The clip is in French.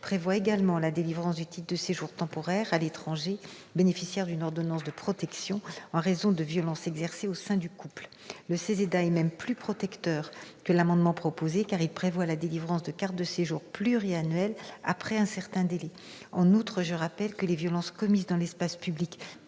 prévoit également la délivrance d'un titre de séjour temporaire à l'étranger bénéficiaire d'une ordonnance de protection en raison de violences exercées au sein du couple. Le CESEDA est même plus protecteur que l'amendement proposé, car il prévoit la délivrance de cartes de séjour pluriannuelles après un certain délai. En outre, je rappelle que les violences commises dans l'espace public